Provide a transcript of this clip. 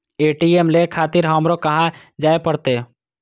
ATM ले खातिर हमरो कहाँ जाए परतें?